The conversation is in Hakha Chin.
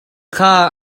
kha